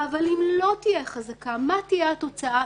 אבל אם לא תהיה חזקה מה תהיה התוצאה?